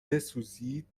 بسوزید